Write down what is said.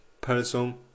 person